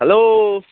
hello